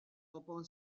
topoan